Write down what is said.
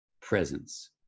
presence